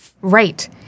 Right